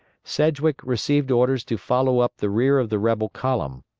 sedgwick received orders to follow up the rear of the rebel column.